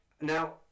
now